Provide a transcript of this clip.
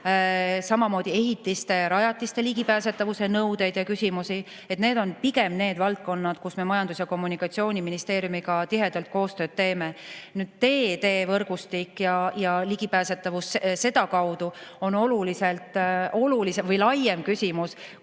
ning ehitiste ja rajatiste ligipääsetavuse nõudeid ja küsimusi. Pigem need on sellised valdkonnad, kus me Majandus- ja Kommunikatsiooniministeeriumiga tihedalt koostööd teeme. Nüüd, teevõrgustik ja ligipääsetavus sedakaudu on oluliselt laiem küsimus